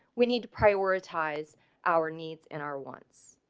we need to prioritize our needs and our wants